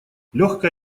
легкое